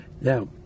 Now